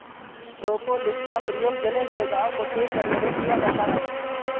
propolis का प्रयोग जले हुए घाव को ठीक करने में किया जाता है